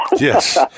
yes